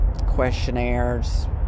questionnaires